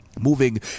moving